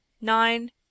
nine